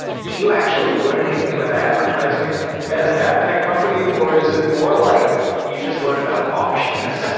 do you actually learn anything about advertising at an ad tech company or is it more like you just learn about auctions?